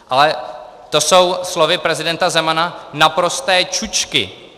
Ale to jsou slovy prezidenta Zemana naprosté čučky.